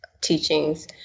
teachings